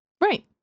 right